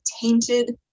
tainted